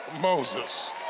Moses